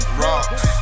rocks